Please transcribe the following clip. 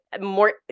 more